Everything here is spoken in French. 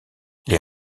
les